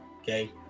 okay